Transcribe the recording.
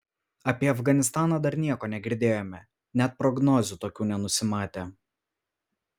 apie afganistaną dar nieko negirdėjome net prognozių tokių nenusimatė